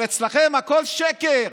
אבל אצלכם הכול שקר.